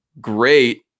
great